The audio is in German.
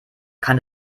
kann